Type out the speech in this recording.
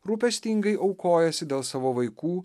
rūpestingai aukojasi dėl savo vaikų